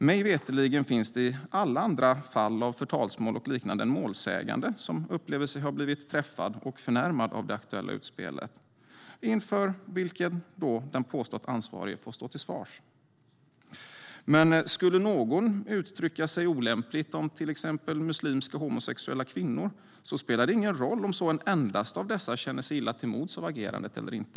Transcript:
Mig veterligen finns det i alla andra fall av förtalsmål och liknande en målsägande som upplever sig ha blivit träffad och förnärmad av det aktuella utspelet, inför vilken den påstått ansvarige får stå till svars. Men skulle någon uttrycka sig olämpligt om till exempel muslimska homosexuella kvinnor spelar det ingen roll om en enda av dessa känner sig illa till mods av agerandet eller inte.